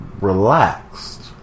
relaxed